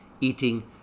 eating